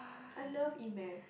I love E-math